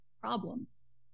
problems